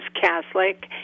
Catholic